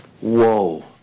Whoa